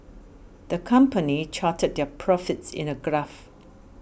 the company charted their profits in a graph